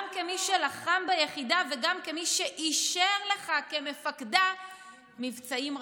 גם כמי שלחם ביחידה וגם כמי שאישר לך כמפקדה מבצעים רבים,